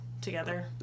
together